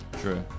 True